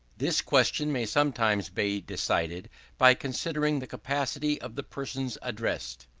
this question may sometimes be decided by considering the capacity of the persons addressed.